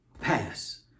pass